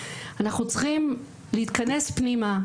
אנחנו צריכים להתכנס פנימה,